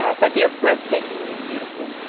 but they are breathtakingly beautiful.